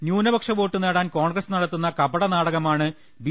ന്യൂനപക്ഷ വോട്ടു നേടാൻ കോൺഗ്രസ് നടത്തുന്ന കപട നാടകമാണ് ബി